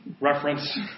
reference